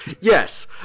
yes